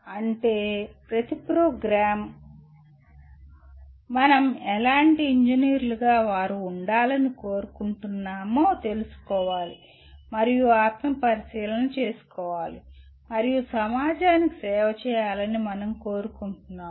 అంటే ప్రతి ప్రోగ్రామ్ మనం ఎలాంటి ఇంజనీర్లు గా వారు ఉండాలని కోరుకుంటున్నామో తెలుసుకోవాలి మరియు ఆత్మపరిశీలన చేసుకోవాలి మరియు సమాజానికి సేవ చేయాలని మనం కోరుకుంటున్నాము